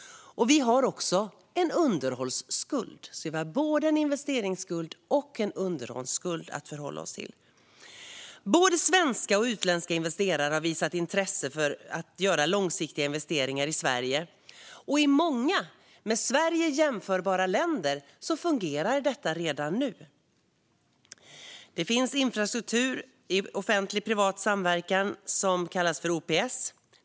Vi har också en underhållsskuld. Vi har både en investeringsskuld och en underhållsskuld att förhålla oss till. Både svenska och utländska investerare har visat intresse för att göra långsiktiga investeringar i Sverige. I många med Sverige jämförbara länder fungerar detta redan nu. Det finns infrastruktur i offentlig-privat samverkan som kallas för OPS.